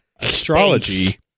Astrology